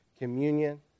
communion